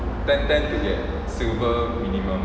ten ten to get silver minimum